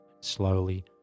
Slowly